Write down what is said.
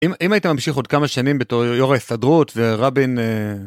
אם היית ממשיך עוד כמה שנים בתור יו"ר ההסתדרות ורבין...